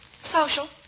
Social